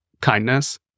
kindness